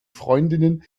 freundinnen